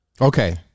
Okay